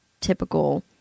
typical